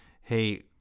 Hey